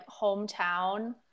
hometown